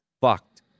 fucked